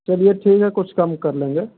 चलिए ठीक है कुछ कम कर लेंगे